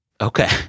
Okay